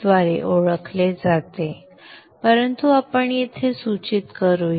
द्वारे ओळखले जाते परंतु आपण येथे सूचित करूया